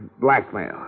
Blackmail